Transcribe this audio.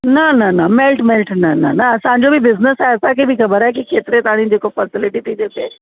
न न न मेल्ट मेल्ट न न न न असांजो बि बिजनिस आहे असांखे बि ख़बर आहे कि केतिरे ताईं जेको फ़ैसिलिटी थी थिए